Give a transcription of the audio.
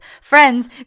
friends